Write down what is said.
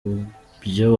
ibyo